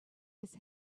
his